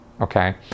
Okay